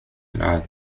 العادة